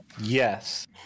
Yes